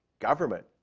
government,